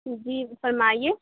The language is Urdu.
جی فرمائیے